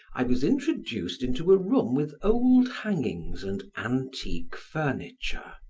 i was introduced into a room with old hangings and antique furniture.